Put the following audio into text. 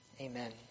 Amen